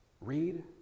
Read